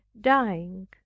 dying